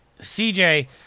CJ